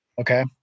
Okay